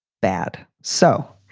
bad. so,